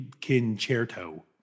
concerto